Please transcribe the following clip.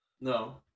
No